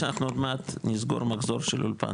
אתה יודע שאנחנו עוד מעט נסגור מחזור של אולפן.